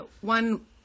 one